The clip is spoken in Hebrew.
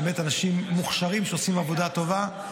באמת אנשים מוכשרים שעושים עבודה טובה.